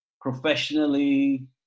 professionally